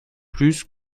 plus